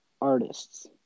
Artists